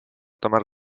tomar